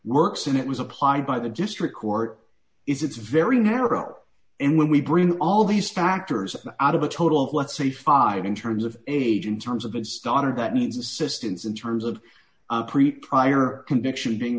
works and it was applied by the district court is it's very narrow and when we bring all these factors out of a total of let's say five in terms of age in terms of a standard that needs assistance in terms of pre primary or conviction being